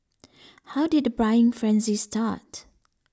how did the buying frenzy start